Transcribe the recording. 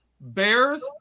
Bears